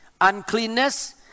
uncleanness